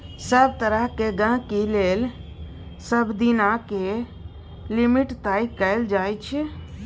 सभ तरहक गहिंकी लेल सबदिना केर लिमिट तय कएल जाइ छै